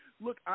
look